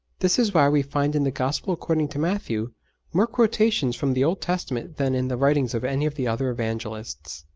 this is why we find in the gospel according to matthew more quotations from the old testament than in the writings of any of the other evangelists.